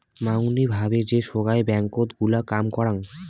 মাঙনি ভাবে যে সোগায় ব্যাঙ্কত গুলা কাম করাং